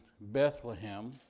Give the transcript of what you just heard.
Bethlehem